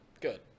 Good